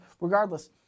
Regardless